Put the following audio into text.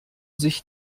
sich